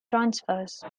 transfers